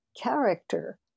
character